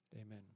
amen